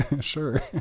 Sure